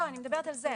לא, אני מדברת על זה.